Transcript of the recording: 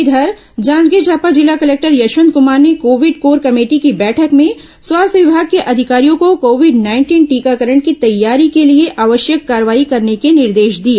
इधर जांजगीर चांपा जिला कलेक्टर यशवंत कुमार ने कोविड कोर कमेटी की बैठक में स्वास्थ्य विमाग के अधिकारियों को कोविड नाइंटीन टीकाकरण की तैयारी के लिए आवश्यक कार्रवाई करने के निर्देश दिए